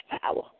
power